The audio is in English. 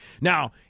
Now